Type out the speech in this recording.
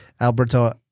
Alberto